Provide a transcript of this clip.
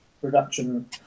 production